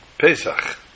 Pesach